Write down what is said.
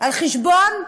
על חשבון משקי-הבית.